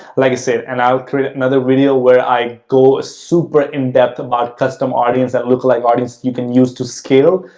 like i said, and i'll create another video where i go ah super in depth about custom audience that lookalike audience you can use to scale.